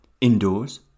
Indoors